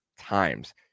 times